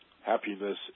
Happiness